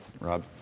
Rob